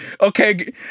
okay